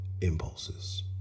impulses